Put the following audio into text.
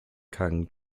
kang